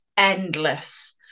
endless